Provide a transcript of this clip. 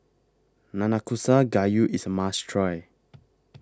Nanakusa Gayu IS A must Try